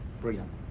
brilliant